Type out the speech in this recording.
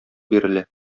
бирелә